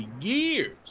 years